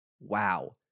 Wow